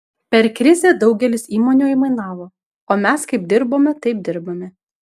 per krizę daugelis įmonių aimanavo o mes kaip dirbome taip dirbame